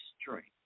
strength